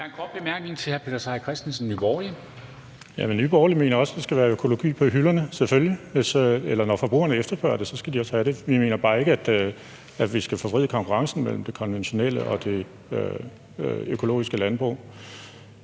Nye Borgerlige. Kl. 11:34 Peter Seier Christensen (NB): Jamen Nye Borgerlige mener også, der skal være økologi på hylderne, selvfølgelig: Når forbrugerne efterspørger det, skal de også have det. Vi mener bare ikke, at vi skal forvride konkurrencen mellem det konventionelle og det økologiske landbrug.